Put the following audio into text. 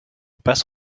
passe